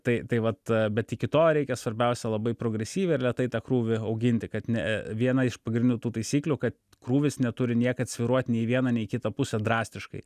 tai tai vat bet iki to reikia svarbiausia labai progresyviai ir lėtai tą krūvį auginti kad ne viena iš pagrindinių tų taisyklių kad krūvis neturi niekad svyruoti nei į vieną nei į kitą pusę drastiškai